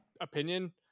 opinion